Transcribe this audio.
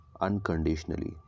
unconditionally